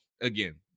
again